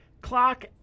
clock